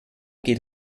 geht